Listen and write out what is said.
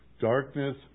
Darkness